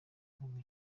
inkunga